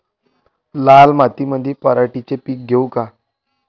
लाल मातीमंदी पराटीचे पीक घेऊ का?